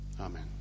Amen